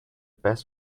best